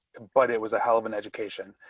and but it was a hell of an education.